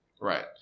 Right